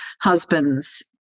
husbands